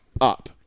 up